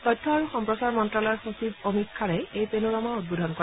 তথ্য আৰু সম্প্ৰচাৰ মন্ত্যালয়ৰ সচিব অমিত খাৰেই এই পেনোৰামা উদ্বোধন কৰে